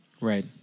Right